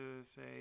say